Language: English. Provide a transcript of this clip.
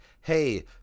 hey